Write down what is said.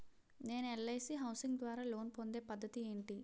నేను LIC housing ద్వారా loan పొందే పద్ధతి ఏంటి?